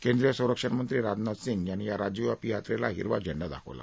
केंद्रीय संरक्षणमंत्री राजनाथ सिंग यांनी या राज्यव्यापी यात्रेला हिरवा झेंडा दाखवला